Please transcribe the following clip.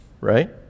right